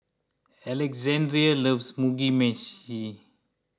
Alexandre loves Mugi Meshi